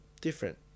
different